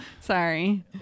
sorry